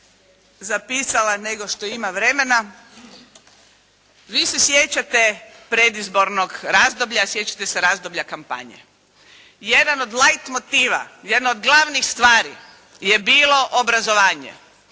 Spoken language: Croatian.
zapisala nego što ima vremena. Vi se sjećate predizbornog razdoblja, sjećate se razdoblja kampanje. Jedan od …/Govornica se ne razumije./… motiva, jedan od glavnih stvari je bilo obrazovanje,